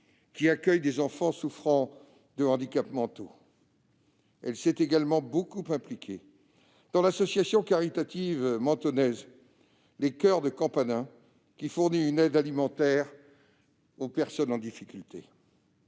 qui accueille des enfants souffrant de handicaps mentaux. Elle s'est également beaucoup impliquée dans l'association caritative mentonnaise Les Coeurs de Campanin, qui fournit une aide alimentaire aux personnes en difficulté.